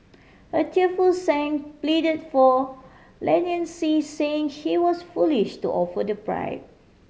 a tearful Sang pleaded for leniency saying he was foolish to offer the bribe